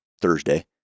Thursday